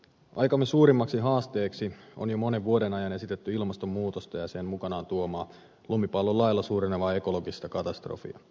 aikamme suurimmaksi haasteeksi on jo monen vuoden ajan esitetty ilmastonmuutosta ja sen mukanaan tuomaa lumipallon lailla suurenevaa ekologista katastrofia